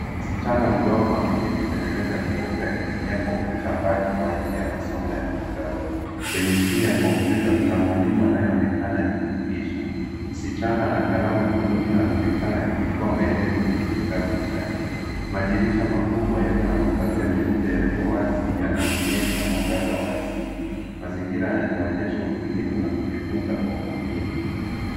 Msichana mdogo ameketi kwenye meza nyeupe akitumia kompyuta mbali kwa ajili ya masomo ya mtandaoni kwenye skrini ya kompyuta kuna mwalimu anayeonekana akifundisha msichana ana kalamu mkononi na anaonekana akichukua maelezo kwenye kitabu chake madirisha makubwa yalio na mapazia meupe yaliowazi yanaonyesha mwangaza wa asili mazingira yanaonyesha utulivu na kujifunza kwa umakini.